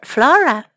Flora